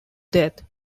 death